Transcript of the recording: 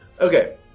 Okay